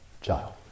child